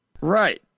Right